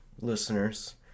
listeners